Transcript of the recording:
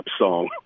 song